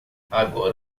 agora